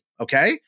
okay